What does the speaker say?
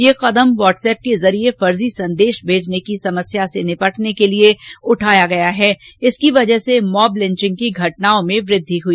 यह कदम व्हाट्सऐप के जरिए फर्जी संदेश भेजने की समस्या से निपटने के लिए उठाया गया है जिसकी वजह से मॉब लिंचिंग की घटनाओं में वृद्धि हुई